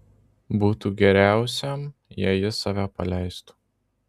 būtų geriausiam jei jis save paleistų